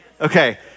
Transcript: Okay